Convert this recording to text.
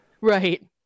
Right